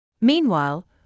Meanwhile